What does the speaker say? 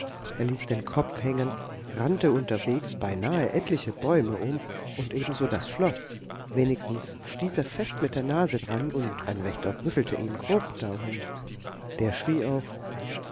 er ließ den kopf hängen rannte unterwegs beinahe etliche bäume um und ebenso das schloß wenigstens stieß er fest mit der nase daran und ein wächter rüffelte ihn grob darum der schrie auch